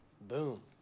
Boom